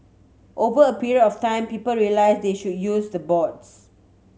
over a period of time people realise they should use the boards